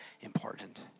important